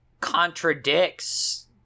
contradicts